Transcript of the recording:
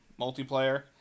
multiplayer